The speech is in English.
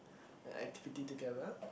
an activity together